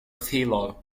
philo